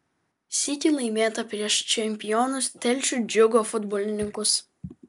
sykį laimėta prieš čempionus telšių džiugo futbolininkus